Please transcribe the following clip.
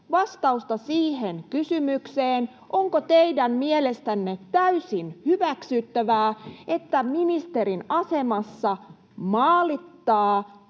— siihen kysymykseen, onko teidän mielestänne täysin hyväksyttävää, että ministerin asemassa maalittaa